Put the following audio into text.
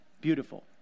beautiful